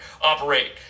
operate